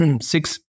six